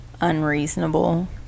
unreasonable